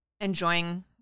enjoying